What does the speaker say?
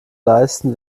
leisten